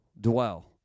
dwell